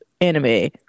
anime